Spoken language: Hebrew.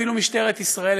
אפילו משטרת ישראל,